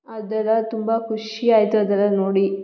ಆದರ ತುಂಬ ಖುಷಿಯಾಯ್ತು ಅದೆಲ್ಲ ನೋಡಿ